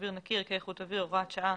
אוויר נקי (ערכי איכות אוויר)(הוראת שעה),